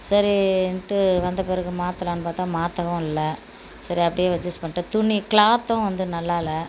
சரி இன்ட்டு வந்த பிறகு மாற்றலானு பார்த்தா மாற்றவும் இல்லை சரி அப்படியே அட்ஜஸ்ட் பண்ணிட்டு துணி கிலாத்யும் வந்து நல்லா இல்லை